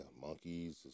Monkeys